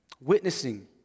witnessing